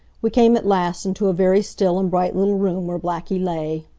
we came at last into a very still and bright little room where blackie lay.